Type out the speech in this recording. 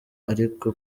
ariko